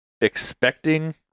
expecting